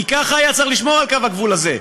כי ככה היה צריך לשמור על קו הגבול הזה.